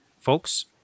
folks